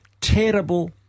terrible